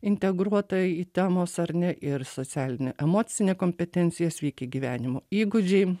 integruota į temos ar ne ir socialinė emocinė kompetencija sveiki gyvenimo įgūdžiai